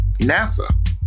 NASA